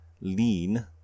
lean